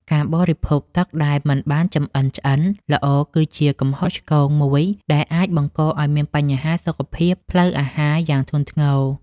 បរិភោគទឹកដែលមិនបានចម្អិនឆ្អិនល្អគឺជាកំហុសឆ្គងមួយដែលអាចបង្កឱ្យមានបញ្ហាសុខភាពផ្លូវអាហារយ៉ាងធ្ងន់ធ្ងរ។